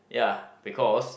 uh because